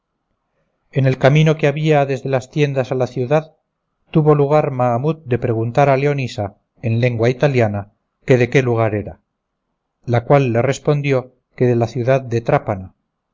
en el camino que había desde las tiendas a la ciudad tuvo lugar mahamut de preguntar a leonisa en lengua italiana que de qué lugar era la cual le respondió que de la ciudad de trápana